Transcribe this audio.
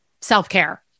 self-care